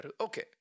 Okay